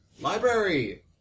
Library